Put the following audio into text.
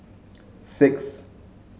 six